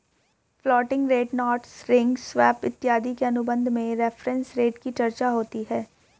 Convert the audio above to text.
floating rate notes ring swap इत्यादि के अनुबंध में रेफरेंस रेट की चर्चा होती है